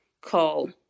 call